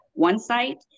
OneSite